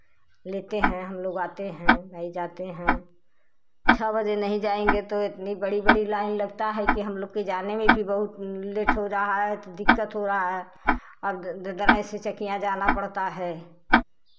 लेते हैं हम लोग आते हैं भाई जाते हैं छः बजे नहीं जाएँगे तो एतनी बड़ी बड़ी लाइन लगता है कि हम लोग के जाने में भी बहुत लेट हो रहा है तो दिक्कत हो रहा है ददरै से चकिया जाना पड़ता है